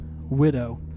widow